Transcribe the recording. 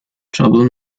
trouble